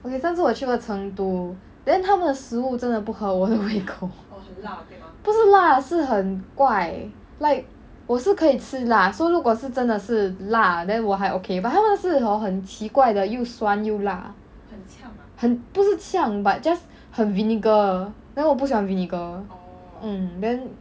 okay 上次我去过成都 then 他们的食物真的不合我的胃口不是辣是很怪 like 我是可以吃辣 so 如果是真的是辣 then 我还 okay but 他们的是 hor 很奇怪的又酸又辣很不是呛 but just 很 vinegar then 我不喜欢 vinegar mm then